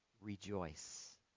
Rejoice